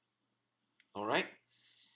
alright